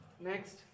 Next